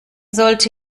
sollte